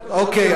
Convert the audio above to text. אוקיי,